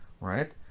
right